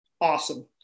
Awesome